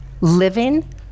living